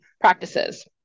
practices